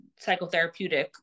psychotherapeutic